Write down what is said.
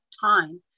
time